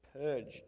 purged